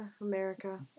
America